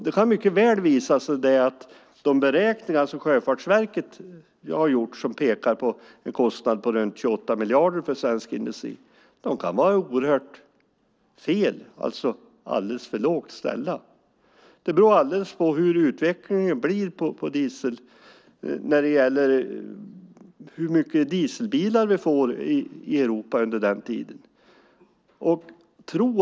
Det kan mycket väl visa sig att de beräkningar som Sjöfartsverket har gjort och som pekar på en kostnad på runt 28 miljarder för svensk industri kan vara oerhört fel, alltså alldeles för lågt ställda. Det beror alldeles på hur utvecklingen blir när det gäller hur många dieselbilar vi får i Europa under den tiden.